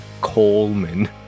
coleman